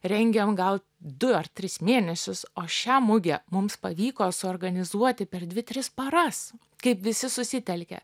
rengėm gal du ar tris mėnesius o šią mugę mums pavyko suorganizuoti per dvi tris paras kaip visi susitelkė